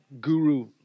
guru